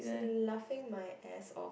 laughing my ass off